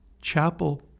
chapel